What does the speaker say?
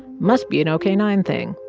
must be an ok nine thing.